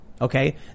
okay